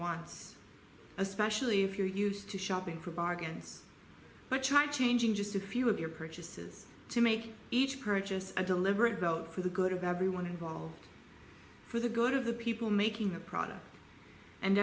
wants especially if you're used to shopping for bargains but try changing just a few of your purchases to make each purchase a deliberate vote for the good of everyone involved for the good of the people making the product and